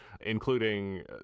including